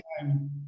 time